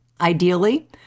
Ideally